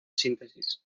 síntesis